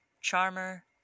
charmer